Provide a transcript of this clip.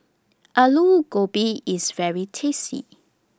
Alu Gobi IS very tasty